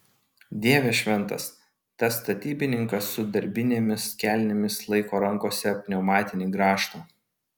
dieve šventas tas statybininkas su darbinėmis kelnėmis laiko rankose pneumatinį grąžtą